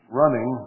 running